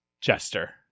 Jester